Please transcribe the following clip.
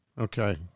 Okay